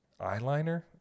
eyeliner